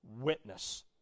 witness